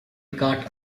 cart